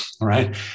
Right